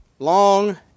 Long